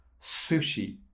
Sushi